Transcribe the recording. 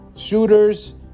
Shooters